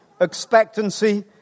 expectancy